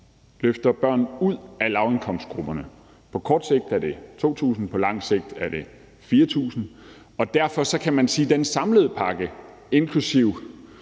løfter børn ud af lavindkomstgrupperne. På kort sigt er det 2.000, på lang sigt er det 4.000. Derfor kan man sige, at det handler om den samlede pakke, inklusive